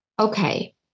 Okay